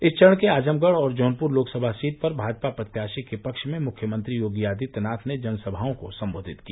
इस चरण के आजमगढ़ और जौनपुर लोकसभा सीट पर भाजपा प्रत्याशी के पक्ष में मुख्यमंत्री योगी आदित्यनाथ ने जनसभाओं को सम्बोधित किया